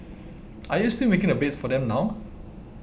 are you still making the beds for them now